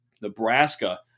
Nebraska